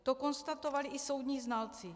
To konstatovali i soudní znalci.